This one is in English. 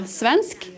svensk